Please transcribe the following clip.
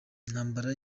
intambara